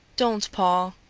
don't, paul!